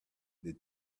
what